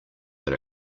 that